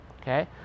okay